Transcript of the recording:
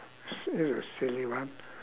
s~ is a silly one